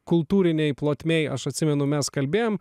kultūrinėj plotmėj aš atsimenu mes kalbėjom